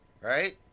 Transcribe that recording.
right